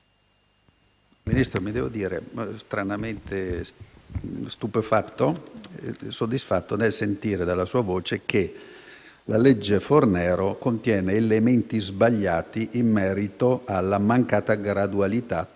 Ministro, mi devo dire stranamente stupefatto e soddisfatto nel sentire dalla sua voce che la legge Fornero contiene elementi sbagliati in merito alla mancata gradualità